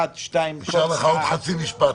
זהו.